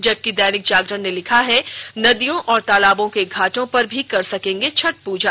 जबकि दैनिक जागरण ने लिखा है नदियों और तालाबों के घाटों पर भी कर सकेंगे छठ पूजा